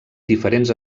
diferents